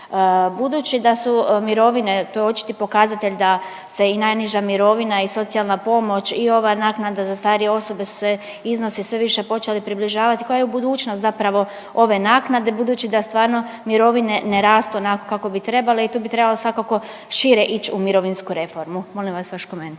Budući da su mirovine to je očiti pokazatelj da se i najniža mirovina i socijalna pomoć i ova naknada za starije osobe su se iznosi sve više počeli približavati kao i budućnost zapravo ove naknade budući da stvarno mirovine ne rastu onako kako bi trebale i tu bi trebalo svakako šire ići u mirovinsku reformu. Molim vas vaš komentar.